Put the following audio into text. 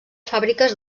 fàbriques